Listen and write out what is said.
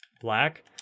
black